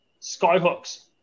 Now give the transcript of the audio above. Skyhooks